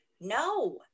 No